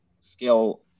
skill